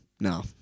No